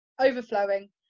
overflowing